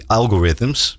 algorithms